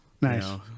Nice